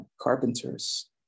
carpenters